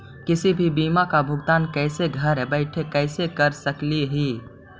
किसी भी बीमा का भुगतान कैसे घर बैठे कैसे कर स्कली ही?